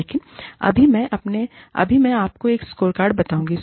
लेकिन अभी मैं आपको एक स्कोरकार्ड बताऊंगा